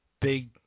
Big